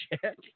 check